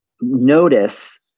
notice